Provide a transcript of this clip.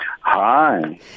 Hi